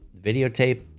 videotape